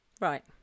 Right